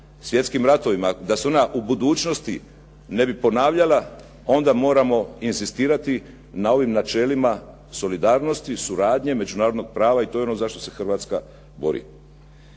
svjetskim ratovima, da se ona u budućnosti ne bi ponavljala onda moramo inzistirati na ovim načelima solidarnosti, suradnje, međunarodnog prava i to je ono za što se Hrvatska bori.